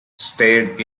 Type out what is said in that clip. stayed